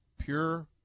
pure